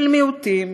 של מיעוטים,